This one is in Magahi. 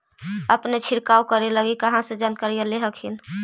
अपने छीरकाऔ करे लगी कहा से जानकारीया ले हखिन?